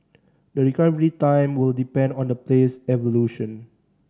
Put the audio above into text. the recovery time will depend on the player's evolution